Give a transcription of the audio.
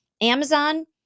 Amazon